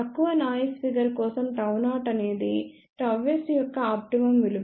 తక్కువ noise figure కోసం Γ0 అనేది ΓSయొక్క ఆప్టిమమ్ విలువ